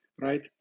right